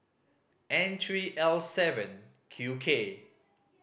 N three L seven Q K